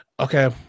Okay